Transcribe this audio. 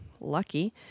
lucky